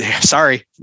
sorry